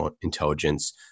intelligence